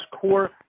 core